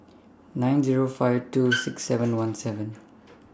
nine Zero five two six seven one seven